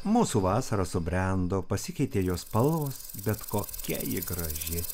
mūsų vasara subrendo pasikeitė jos spalvos bet kokia ji graži